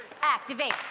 activate